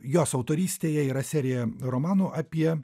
jos autorystė jie yra seriją romanų apie